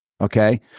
Okay